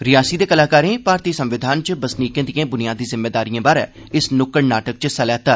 रियासी दे कलाकारें भारती संविधान च बसनीकें दिएं बुनियादी जिम्मेदारिएं बारै इस नुक्कड़ नाटक च हिस्सा लैता